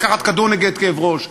לקחת כדור נגד כאב ראש.